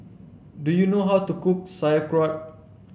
do you know how to cook Sauerkraut